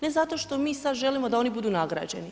Ne zato što mi sad želimo da oni budu nagrađeni.